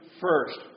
first